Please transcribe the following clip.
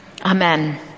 Amen